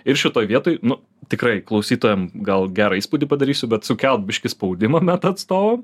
ir šitoj vietoj nu tikrai klausytojam gal gerą įspūdį padarysiu bet sukelt biškį spaudimą meta atstovam